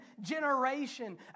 generation